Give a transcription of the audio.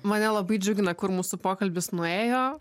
mane labai džiugina kur mūsų pokalbis nuėjo